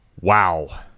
Wow